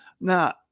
Now